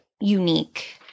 unique